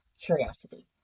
curiosity